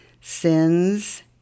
sins